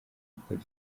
rukora